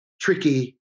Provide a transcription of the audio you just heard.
Tricky